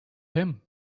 him